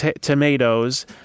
tomatoes